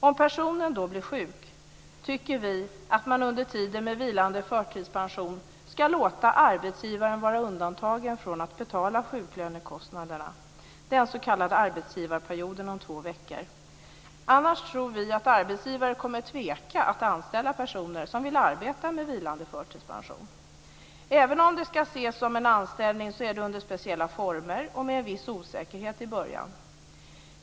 Om personen då blir sjuk tycker vi att man under tiden med vilande förtidspension ska låta arbetsgivaren vara undantagen från att betala sjuklönekostnaderna under den s.k. arbetsgivarperioden om två veckor. Annars tror vi att arbetsgivare kommer att tveka att anställa personer som vill arbeta med vilande förtidspension. Även om det ska ses som en anställning är det under speciella former och med en viss osäkerhet i början.